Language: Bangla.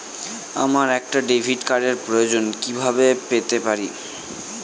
আমার একটা ডেবিট কার্ডের প্রয়োজন কিভাবে পেতে পারি?